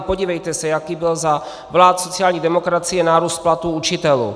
Podívejte se, jaký byl za vlád sociální demokracie nárůst platů učitelů.